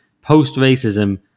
post-racism